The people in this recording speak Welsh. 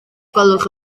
gwelwch